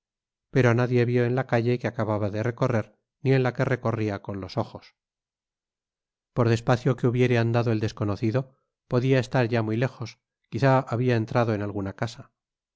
pero á nadie vió en la calle que acababa de recorrer ni en la que recorría con los ojos por despacio que hubiere andado el desconocido podia estar ya muy lejos quizás habia entrado en alguna casa